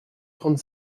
trente